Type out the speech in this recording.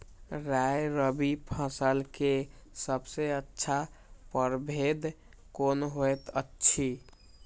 राय रबि फसल के सबसे अच्छा परभेद कोन होयत अछि?